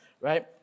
right